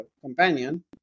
companion